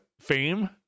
fame